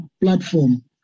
platform